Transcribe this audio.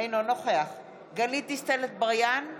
אינו נוכח גלית דיסטל אטבריאן,